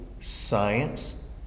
science